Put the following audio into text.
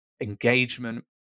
Engagement